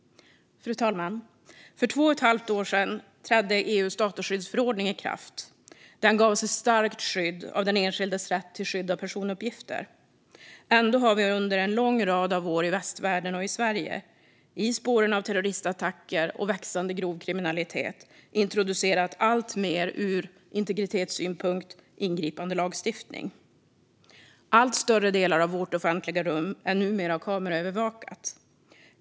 Fru talman! För två och ett halvt år sedan trädde EU:s dataskyddsförordning i kraft. Den gav oss ett stärkt skydd av den enskildes rätt till skydd av personuppgifter. Ändå har vi under en lång rad av år i västvärlden och i Sverige i spåren av terroristattacker och växande grov kriminalitet introducerat alltmer ur integritetssynpunkt ingripande lagstiftning. Allt större delar av vårt offentliga rum är numera kameraövervakat.